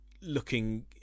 looking